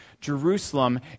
Jerusalem